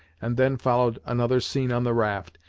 and then followed another scene on the raft,